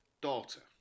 daughter